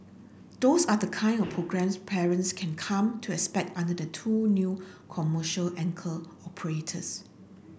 those are the kind of programmes parents can come to expect under the two new commercial anchor operators